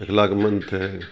اخلاق مند ہے